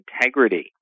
integrity